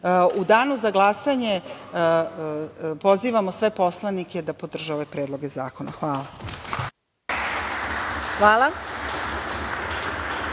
danu za glasanje pozivamo sve poslanike da podrže ove predloge zakona. Hvala.